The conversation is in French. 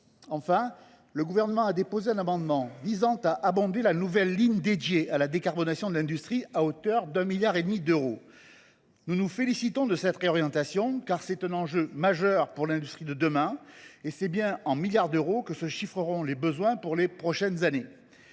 Enfin, le Gouvernement a déposé un amendement visant à abonder la nouvelle ligne dédiée à la décarbonation de l’industrie à hauteur de 1,5 milliard d’euros. Nous nous félicitons de cette réorientation, car il s’agit d’un enjeu majeur pour l’industrie de demain, et c’est bien en milliards d’euros que se chiffreront les besoins pour les prochaines années.